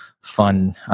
fun